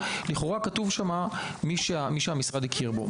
לכאורה כתוב שם: מי שהמשרד הכיר בו.